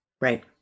Right